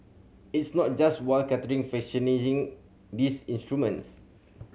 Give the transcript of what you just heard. it's not just wildcatter fashioning in these instruments